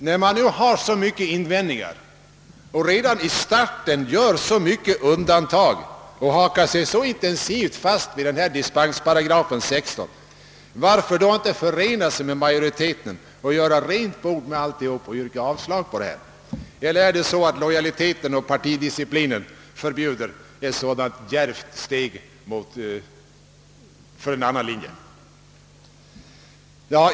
När man nu har så mycket invändningar och redan i starten gör så många undantag och hakar sig fast vid dispensparagrafen 16, varför då inte förena er med majoriteten och göra rent hus med alltsammans och yrka avslag på detta — eller är det så att lojaliteten och partidisciplinen förbjuder ett så djärvt steg?